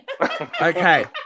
Okay